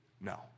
No